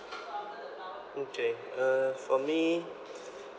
okay uh for me